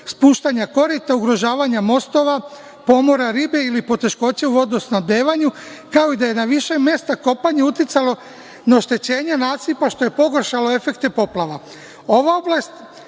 spuštanja korita, ugrožavanja mostova, pomora ribe ili poteškoća u vodosnabdevanju, kao i da je na više mesta kopanje uticalo na oštećenje nasipa, što je pogoršalo efekte poplava. Ova